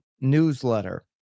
newsletter